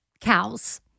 cows